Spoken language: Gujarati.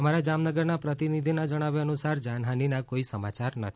અમારા જામનગરના પ્રતિનિધિના જણાવ્યા અનુસાર જાનહાનિના કોઇ સમાચાર નથી